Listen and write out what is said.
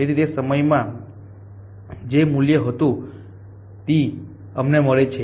તેથી તે સમયે જે પણ મૂલ્ય હતું T અમને મળે છે